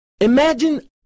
Imagine